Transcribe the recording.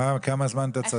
כמה זמן אתה צריך?